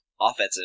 offensive